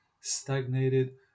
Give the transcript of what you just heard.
stagnated